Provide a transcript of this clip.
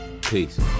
Peace